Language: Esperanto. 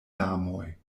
larmoj